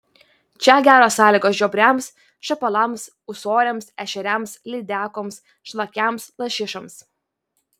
čia geros sąlygos žiobriams šapalams ūsoriams ešeriams lydekoms šlakiams lašišoms